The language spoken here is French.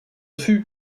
fut